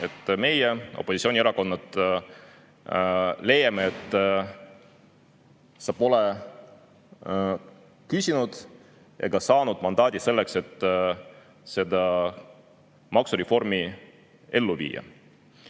meie, opositsioonierakonnad, leiame, et sa pole küsinud ega saanud mandaati selleks, et maksureformi ellu viia.